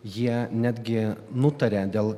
jie netgi nutarė dėl